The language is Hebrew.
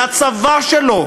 זה הצבא שלו,